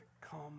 come